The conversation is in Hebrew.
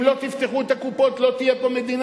אם לא תפתחו את הקופות לא תהיה פה מדינה,